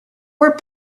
were